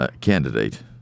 candidate